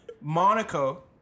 Monaco